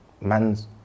man's